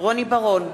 רוני בר-און,